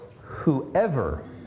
whoever